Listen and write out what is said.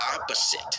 opposite